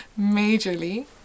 majorly